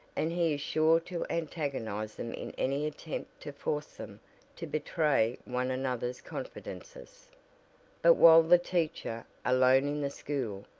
and he is sure to antagonize them in any attempt to force them to betray one another's confidences. but while the teacher, alone in the school,